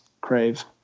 crave